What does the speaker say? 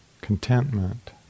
contentment